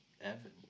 evan